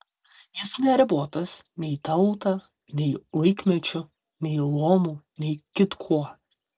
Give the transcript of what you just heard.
jis neribotas nei tauta nei laikmečiu nei luomu nei kitkuo